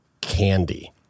candy